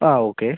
ആ ഓക്കെ